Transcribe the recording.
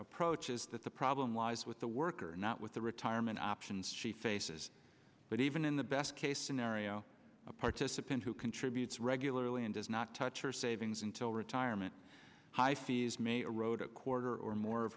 approach is that the problem lies with the worker not with the retirement options she faces but even in the best case scenario a participant who contributes regularly and does not touch her savings until retirement high seas made a road a quarter or more of